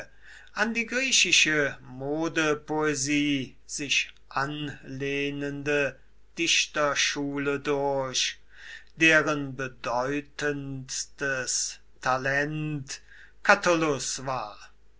an die griechische modepoesie sich anlehnende dichterschule durch deren bedeutendstes talent catullus war